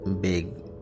big